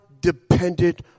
dependent